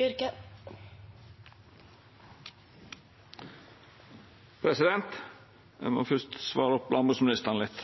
Eg må først svara landbruksministeren litt.